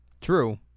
True